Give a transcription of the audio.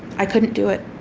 i couldn't do it.